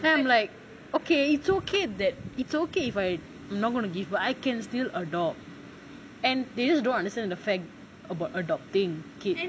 then I am like okay so okay that it's okay that if I not going to give birth I can still adopt and still don't understand the fact about adopting kids